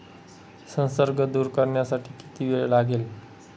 संसर्ग दूर करण्यासाठी किती वेळ लागेल?